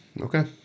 Okay